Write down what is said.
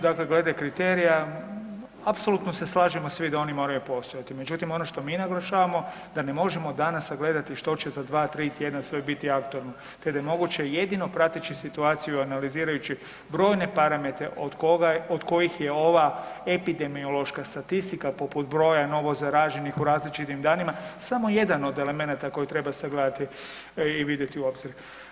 Dakle glede kriterija, apsolutno se slažemo svi da oni moraju postojati međutim, ono što mi naglašavamo da ne možemo danas sagledati što će za 2, 3 tjedna sve biti aktualno te da je moguće jedino prateći situaciju i analizirajući brojne parametre od kojih je ova epidemiološka statistika, poput broja novozaraženih u različitim danima, samo jedan od elemenata koje treba sagledati i vidjeti u obzir.